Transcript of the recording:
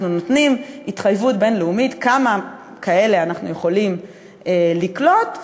אנחנו נותנים התחייבות בין-לאומית כמה כאלה אנחנו יכולים לקלוט,